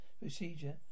Procedure